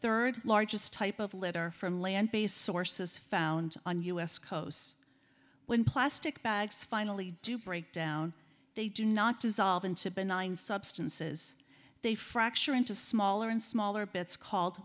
third largest type of litter from land based sources found on us coasts when plastic bags finally do break down they do not dissolve into benign substances they fracture into smaller and smaller bits called